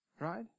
right